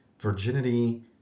Virginity